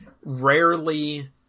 rarely